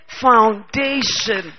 foundation